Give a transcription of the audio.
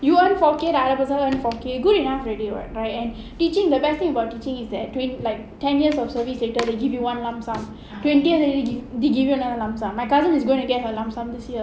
you earn four K the other person earn four K good enough already [what] right and teaching the best thing about teaching is that like ten years of service then they give you one lump sum twenty years then they give you another lump sum my cousin is going to get her lump sum this year